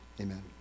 Amen